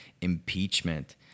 impeachment